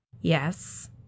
Yes